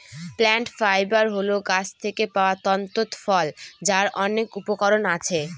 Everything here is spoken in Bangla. প্লান্ট ফাইবার হল গাছ থেকে পাওয়া তন্তু ফল যার অনেক উপকরণ আছে